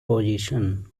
position